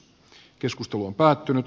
keskustelu on päättynyt